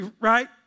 right